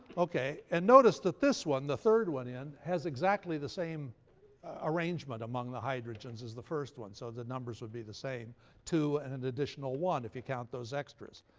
okay, and notice that this one, the third one in, has exactly the same arrangement among the hydrogens as the first one. so the numbers would be the same two and an additional one, if you count those extras.